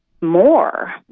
more